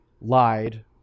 lied